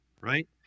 right